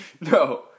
No